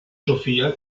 sofia